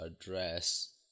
address